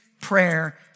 prayer